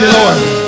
Lord